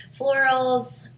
Florals